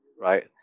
right